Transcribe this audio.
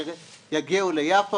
יגיעו ליפו,